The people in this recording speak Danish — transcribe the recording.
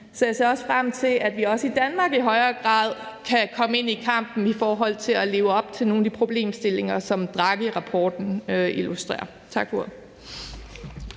jeg ser frem til, at vi også i Danmark i højere grad kan komme ind i kampen i forhold til at leve op til nogle af de problemstillinger, som Draghirapporten illustrerer.